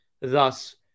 Thus